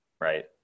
right